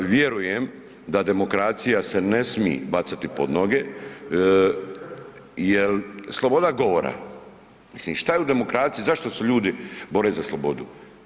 Vjerujem da demokracija se ne smije bacati pod noge jer sloboda govora, što je u demokraciji, zašto se ljudi bore za slobodu?